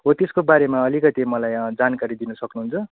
हो त्यसको बारेमा अलिकति मलाई जानकारी दिन सक्नुहुन्छ